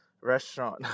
restaurant